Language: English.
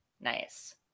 nice